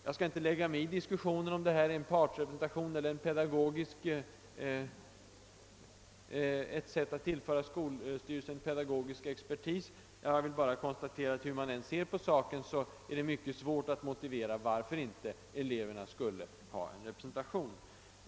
Jag skall inte lägga mig i diskussionen om huruvida detta är en partrepresentation eller ett sätt att tillföra skolstyrelsen pedagogisk expertis. Jag vill bara konstatera att hur man än ser på saken, är det mycket svårt att motivera varför inte eleverna skulle ha en representation.